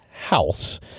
house